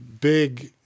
big